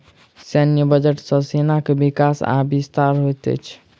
सैन्य बजट सॅ सेना के विकास आ विस्तार होइत अछि